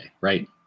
right